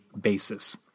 basis